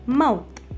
mouth